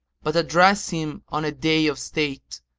but address him on a day of state,